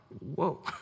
whoa